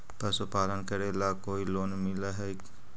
पशुपालन करेला कोई लोन मिल हइ?